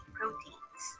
proteins